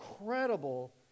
incredible